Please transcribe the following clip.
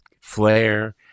flare